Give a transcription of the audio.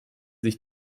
sich